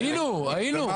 היינו, היינו.